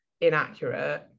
inaccurate